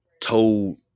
told